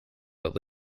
but